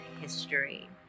History